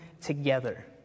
together